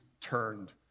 turned